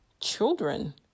children